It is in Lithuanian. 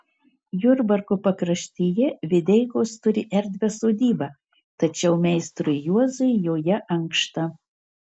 jurbarko pakraštyje videikos turi erdvią sodybą tačiau meistrui juozui joje ankšta